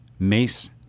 Mace